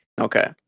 Okay